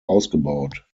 ausgebaut